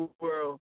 world